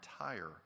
entire